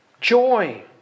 Joy